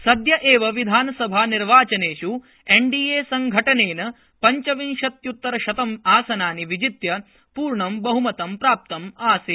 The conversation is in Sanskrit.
सद्य एव विधानसभानिर्वाचनेष् एनडीएसङ्घटनेन पञ्चविंशत्य्त्तरशतम् आसनानि विजित्य पूर्ण बह्मतं प्राप्तम् अस्ति